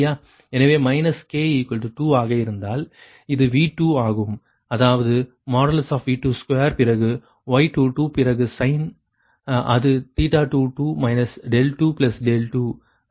எனவே minus k 2 ஆக இருந்தால் அது V2 ஆகும் அதாவது |V22| பிறகு Y22பிறகு சைன் அது 22 22ரத்து செய்யப்படும்